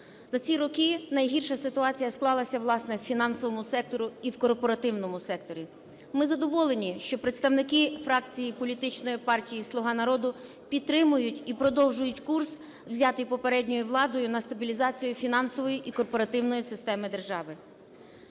За ці роки найгірша ситуація склалася, власне, в фінансовому секторі і в корпоративному секторі. Ми задоволені, що представники фракції політичної партії "Слуга народу" підтримують і продовжують курс, взятий попередньою владою на стабілізацію фінансової і корпоративної системи держави.